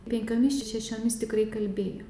penkiomis šešiomis tikrai kalbėjo